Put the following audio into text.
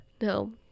No